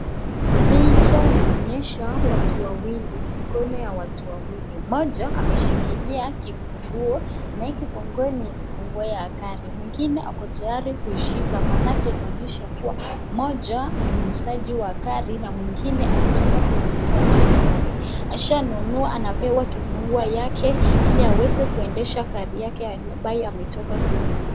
Picha inaonyesha watu wawili mkono ya watu wawili, mmoja ameshikilia kifunguo. Na hii kifunguo ni kifunguo ni ya gari, mwingine ako tayari kuishika maanake inaonyesha kua mmoja ni muuzaji wa gari mwingine ametoka kuinunua hiyo gari. Ashanunua anapewa kifunguo yake ili aweze kuendeshe gari yake ambaye ametoka kununua.